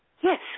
Yes